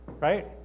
right